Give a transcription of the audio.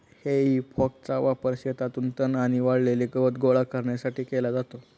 हेई फॉकचा वापर शेतातून तण आणि वाळलेले गवत गोळा करण्यासाठी केला जातो